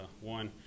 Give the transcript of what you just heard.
one